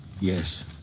Yes